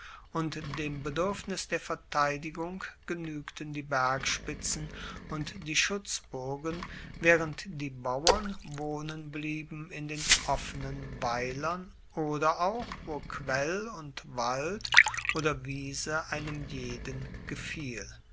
und dem beduerfnis der verteidigung genuegten die bergspitzen und die schutzburgen waehrend die bauern wohnen blieben in den offenen weilern oder auch wo quell und wald oder wiese einem jeden gefiel